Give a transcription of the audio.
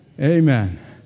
Amen